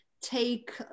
take